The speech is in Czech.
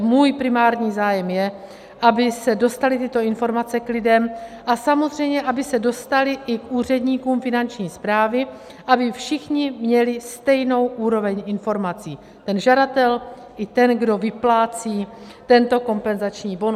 Můj primární zájem je, aby se dostaly tyto informace k lidem a samozřejmě aby se dostaly i k úředníkům Finanční správy, aby všichni měli stejnou úroveň informací žadatel i ten, kdo vyplácí tento kompenzační bonus.